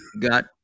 got